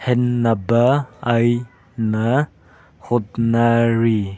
ꯍꯦꯟꯅꯕ ꯑꯩꯅ ꯍꯣꯠꯅꯔꯤ